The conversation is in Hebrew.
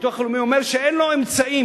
הביטוח הלאומי אומר שאין לו אמצעים